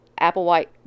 Applewhite